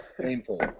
painful